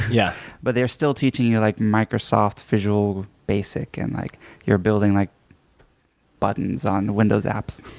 yeah but they were still teaching you like microsoft visual basic, and like you were building like buttons on windows apps.